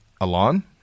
Alon